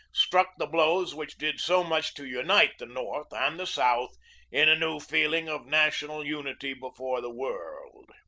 struck the blows which did so much to unite the north and the south in a new feeling of national unity before the world.